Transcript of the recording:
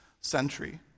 century